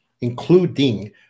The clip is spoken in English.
including